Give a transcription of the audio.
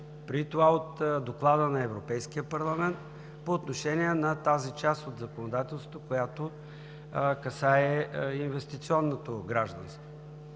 преди това от Доклада на Европейския парламент по отношение на тази част от законодателството, която касае инвестиционното гражданство.